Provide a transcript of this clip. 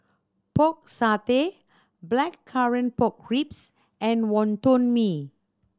Pork Satay Blackcurrant Pork Ribs and Wonton Mee